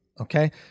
okay